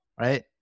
right